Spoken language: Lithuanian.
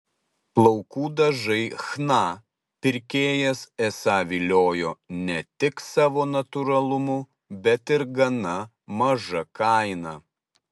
plaukų dažai chna pirkėjas esą viliojo ne tik savo natūralumu bet ir gana maža kaina